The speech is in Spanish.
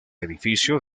edificio